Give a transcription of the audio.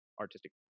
artistic